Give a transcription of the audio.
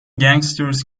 gangsters